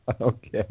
Okay